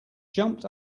jumped